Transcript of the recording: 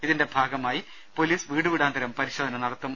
ഇതിന്റെ ഭാഗ മായി പൊലീസ് വീടു വീടാന്തരം പരിശോധന നടത്തും